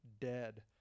dead